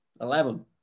Eleven